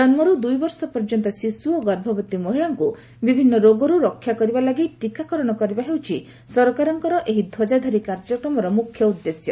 ଜନ୍ମରୁ ଦୁଇବର୍ଷ ପର୍ଯ୍ୟନ୍ତ ଶିଶୁ ଓ ଗର୍ଭବତୀ ମହିଳାଙ୍କୁ ବିଭିନ୍ନ ରୋଗରୁ ରକ୍ଷା କରିବା ଲାଗି ଟୀକାକରଣ କରିବା ହେଉଛି ସରକାରଙ୍କର ଏହି ଧ୍ୱଜାଧାରୀ କାର୍ଯ୍ୟକ୍ରମର ମୁଖ୍ୟ ଉଦ୍ଦେଶ୍ୟ